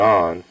on